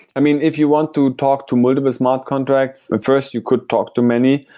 i mean, if you want to talk to multiple smart contracts, first, you could talk to many.